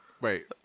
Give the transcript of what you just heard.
Wait